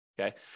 okay